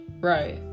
Right